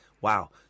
Wow